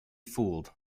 fooled